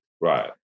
Right